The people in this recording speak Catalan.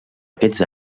aquests